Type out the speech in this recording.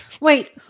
Wait